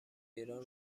ایران